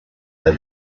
they